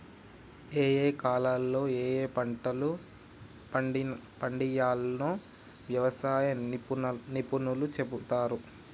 ఏయే కాలాల్లో ఏయే పంటలు పండియ్యాల్నో వ్యవసాయ నిపుణులు చెపుతారు